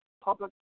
public